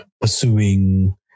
pursuing